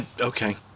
Okay